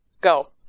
go